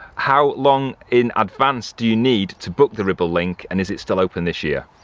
how long in advance do you need to book the ribble link and is it still open this year.